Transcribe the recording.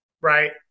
right